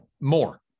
more